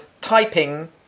typing